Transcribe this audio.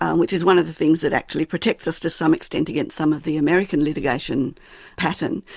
um which is one of the things that actually protects us to some extent against some of the american litigation pattern,